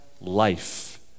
life